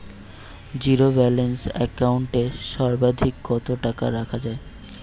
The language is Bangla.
জীরো ব্যালেন্স একাউন্ট এ সর্বাধিক কত টাকা রাখা য়ায়?